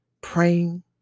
praying